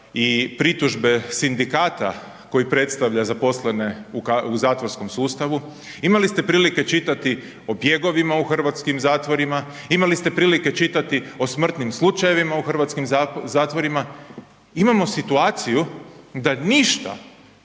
i pritužbe sindikata koji predstavlja zaposlene u zatvorskom sustavu, imali ste prilike čitati o bjegovima u hrvatskim zatvorima, imali ste prilike čitati, imali ste prilike čitati o smrtnim slučajevima u hrvatskim zatvorima, imamo situaciju da ništa